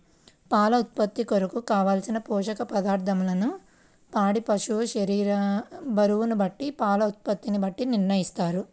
పాల ఉత్పత్తి కొరకు, కావలసిన పోషక పదార్ధములను పాడి పశువు శరీర బరువును బట్టి పాల ఉత్పత్తిని బట్టి నిర్ణయిస్తారా?